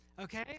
okay